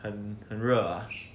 很很热啊